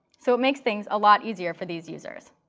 so it makes things a lot easier for these users.